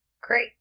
Great